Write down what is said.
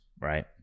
Right